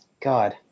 god